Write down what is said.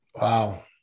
Wow